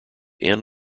inn